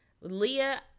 Leah